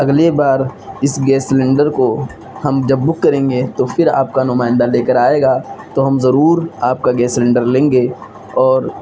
اگلے بار اس گیس سلینڈر کو ہم جب بک کریں گے تو پھر آپ کا نمائندہ لے کر آئے گا تو ہم ضرور آپ کا گیس سلینڈر لیں گے اور